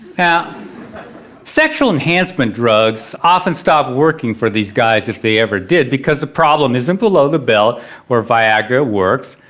yeah sexual enhancement drugs often stop working for these guys, if they ever did, because the problem isn' t below the belt where viagra works.